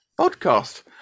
podcast